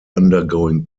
undergoing